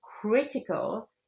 critical